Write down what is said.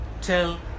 Tell